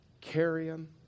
carrying